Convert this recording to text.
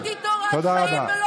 תצעקי עד השמיים.